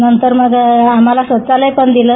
नंतर मग आम्हाला स्वच्छालय पण दिलं